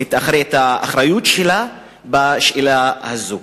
את האחריות שלה בשאלה הזאת.